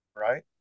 right